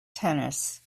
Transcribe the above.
tennis